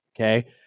okay